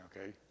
okay